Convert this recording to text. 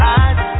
eyes